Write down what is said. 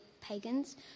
pagans